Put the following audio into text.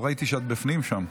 לא ראיתי שאת בפנים שם.